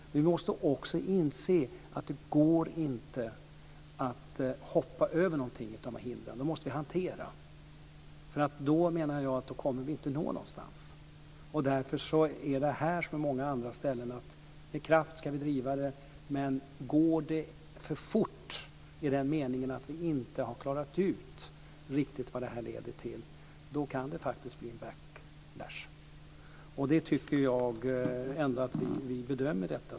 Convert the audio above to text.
Men vi måste också inse att det inte går att hoppa över något av de här hindren. De måste hanteras, annars kommer vi inte att nå någonstans. Därför ska vi här, som i många andra fall, driva detta med kraft. Men om det går för fort, i den meningen att vi inte riktigt har klarat ut vad detta leder till, kan det faktiskt bli en backlash. Jag tycker faktiskt att vi gör en riktig bedömning här.